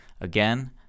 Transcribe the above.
again